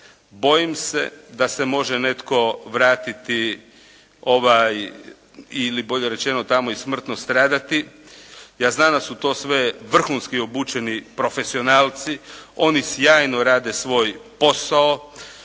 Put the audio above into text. bojim se da se može netko vratiti, ili bolje rečeno tamo i smrtno stradati. Ja znam da su to sve vrhunski obučeni profesionalci, oni sjajno rade svoj posao,